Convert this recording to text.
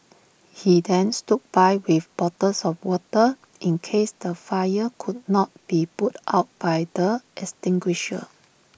he then stood by with bottles of water in case the fire could not be put out by the extinguisher